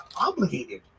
obligated